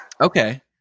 Okay